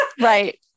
Right